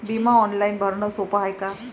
बिमा ऑनलाईन भरनं सोप हाय का?